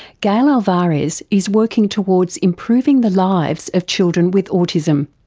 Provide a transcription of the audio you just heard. gail alvares is working towards improving the lives of children with autism.